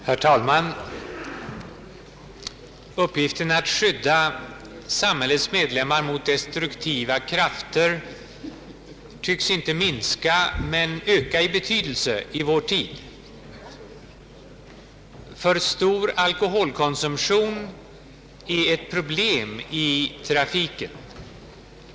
Herr talman! Uppgiften att skydda samhällets medlemmar mot destruktiva krafter tycks inte minska utan öka i betydelse i vår tid. För stor alkoholkonsumtion är ett problem i trafiken.